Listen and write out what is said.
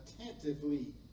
attentively